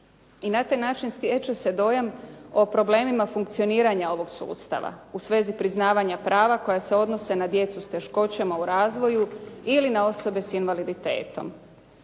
i na taj način stječe se dojam o problemima funkcioniranja ovog sustava u svezi priznavanja prava koja se odnose na djecu s teškoćama u razvoju ili na osobe s invaliditetom.